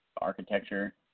architecture